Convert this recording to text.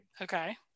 Okay